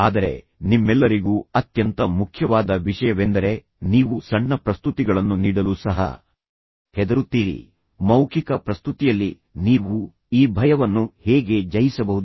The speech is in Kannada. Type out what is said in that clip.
ಆದರೆ ನಿಮ್ಮೆಲ್ಲರಿಗೂ ಅತ್ಯಂತ ಮುಖ್ಯವಾದ ವಿಷಯವೆಂದರೆ ನೀವು ಸಣ್ಣ ಪ್ರಸ್ತುತಿಗಳನ್ನು ನೀಡಲು ಸಹ ಹೆದರುತ್ತೀರಿ ಮೌಖಿಕ ಪ್ರಸ್ತುತಿಯಲ್ಲಿ ನೀವು ಈ ಭಯವನ್ನು ಹೇಗೆ ಜಯಿಸಬಹುದು